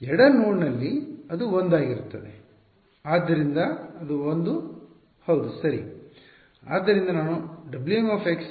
ಎಡ ನೋಡ್ನಲ್ಲಿ ಅದು 1 ಆಗಿರುತ್ತದೆ ಆದ್ದರಿಂದ 1 ಹೌದು ಸರಿ